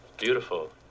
Beautiful